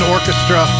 Orchestra